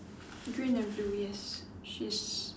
green and blue yes she's